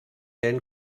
then